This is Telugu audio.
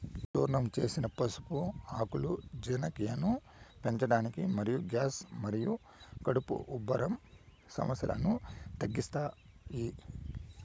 చూర్ణం చేసిన పసుపు ఆకులు జీర్ణక్రియను పెంచడానికి మరియు గ్యాస్ మరియు కడుపు ఉబ్బరం సమస్యలను తగ్గిస్తాయి